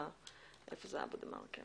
בדה-מרקר